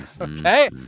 Okay